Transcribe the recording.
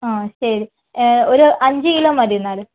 ആ ശരി ഒരു അഞ്ചു കിലോ മതി എന്നാല്